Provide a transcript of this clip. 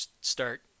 start